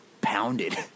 pounded